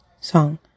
Song